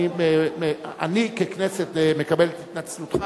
אני, ככנסת, מקבל את התנצלותך.